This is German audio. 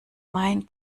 mein